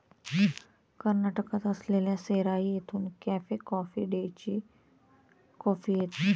कर्नाटकात असलेल्या सेराई येथून कॅफे कॉफी डेची कॉफी येते